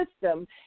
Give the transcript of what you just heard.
system